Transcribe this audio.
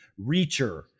Reacher